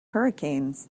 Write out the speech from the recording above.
hurricanes